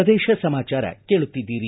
ಪ್ರದೇಶ ಸಮಾಚಾರ ಕೇಳುತ್ತಿದ್ದೀರಿ